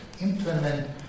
implement